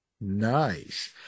Nice